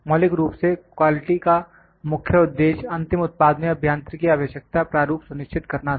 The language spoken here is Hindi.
मौलिक रूप से क्वालिटी का मुख्य उद्देश्य अंतिम उत्पाद में अभियांत्रिकी आवश्यकता प्रारूप सुनिश्चित करना था